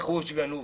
רכוש גנוב,